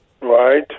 Right